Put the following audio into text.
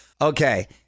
Okay